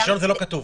ברישיון זה לא כתוב.